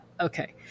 Okay